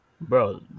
bro